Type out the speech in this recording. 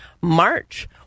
March